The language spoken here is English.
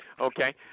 Okay